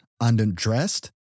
undressed